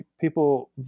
people